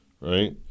right